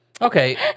Okay